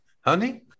Honey